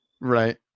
Right